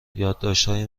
یادداشتهای